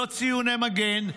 לא ציוני מגן,